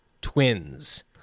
Twins